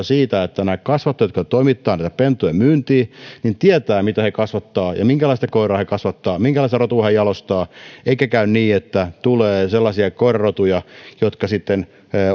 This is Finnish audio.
siitä että nämä kasvattajat jotka toimittavat näitä pentuja myyntiin tietävät mitä he kasvattavat ja minkälaista koiraa he kasvattavat minkälaista rotua he jalostavat eikä käy niin että tulee sellaisia koirarotuja jotka sitten